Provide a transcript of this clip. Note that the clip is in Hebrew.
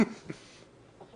פעם